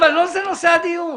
זה לא זה נושא הדיון.